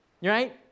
right